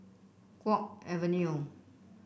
Guok Avenue